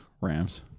Rams